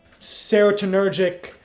serotonergic